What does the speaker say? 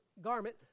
garment